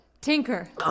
Tinker